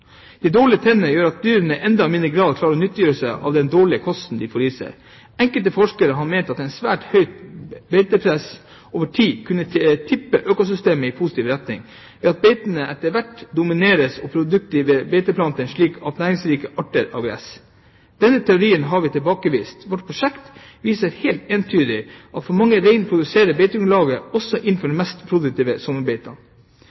De dårlige tennene gjør at dyrene i enda mindre grad klarer å nyttegjøre seg den dårlige kosten de får i seg Enkelte forskere har eksempelvis ment at svært høyt beitepress over tid kunne tippe økosystemet i positiv retning ved at beitene etter hvert domineres av produktive beiteplanter slik som næringsrike arter av gress. – Denne teorien har vi tilbakevist. Vårt prosjekt viser helt entydig at for mange rein reduserer beitegrunnlaget, også